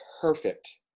perfect